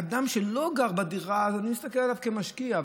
אדם שלא גר בדירה, אני מסתכל עליו כמשקיע.